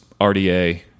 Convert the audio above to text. RDA